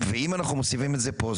אם אנחנו מוסיפים את זה פה,